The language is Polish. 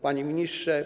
Panie Ministrze!